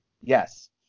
Yes